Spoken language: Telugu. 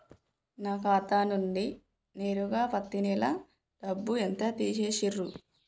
నా ఖాతా నుండి నేరుగా పత్తి నెల డబ్బు ఎంత తీసేశిర్రు?